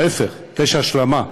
ההפך, יש השלמה.